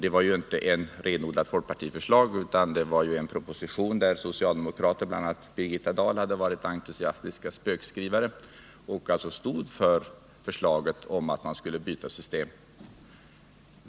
Detta var ju inte ett renodlat folkpartiförslag, utan det var en proposition där socialdemokrater, bland andra Birgitta Dahl, hade varit entusiastiska spökskrivare och alltså stod för förslaget om att man skulle byta system.